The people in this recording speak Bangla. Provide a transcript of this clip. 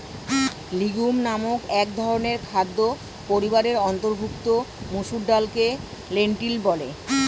লিগিউম নামক একধরনের খাদ্য পরিবারের অন্তর্ভুক্ত মসুর ডালকে লেন্টিল বলে